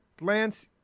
Lance